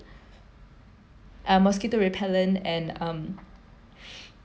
uh mosquito repellent and um